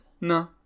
No